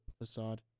facade